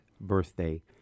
birthday